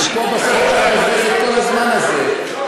ופה בסוף אתה מבזבז את כל הזמן הזה.